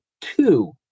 two